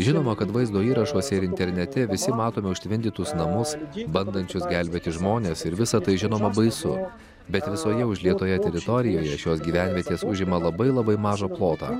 žinoma kad vaizdo įrašuose ir internete visi matome užtvindytus namus bandančius gelbėti žmones ir visa tai žinoma baisu bet visoje užlietoje teritorijoj šios gyvenvietės užima labai labai mažą plotą